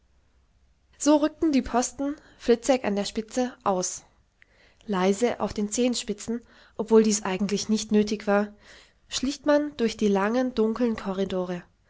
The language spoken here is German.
so rückten die posten fliczek an der spitze aus leise auf den zehenspitzen obwohl dies eigentlich nicht nötig war schlich man durch die langen dunkeln corridore